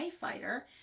fighter